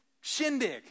shindig